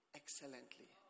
excellently